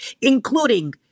including